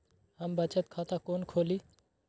हम बचत खाता कोन खोली?